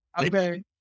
okay